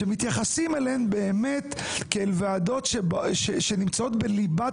שמתייחסים אליהן כוועדות שנמצאות בליבת